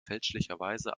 fälschlicherweise